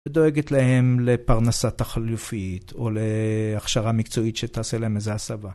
ודואגת להם לפרנסה תחלופית, או ל...הכשרה מקצועית שתעשה להם איזה הסבה.